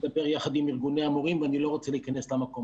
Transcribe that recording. נדבר יחד עם ארגוני המורים ואני לא רוצה להיכנס למקום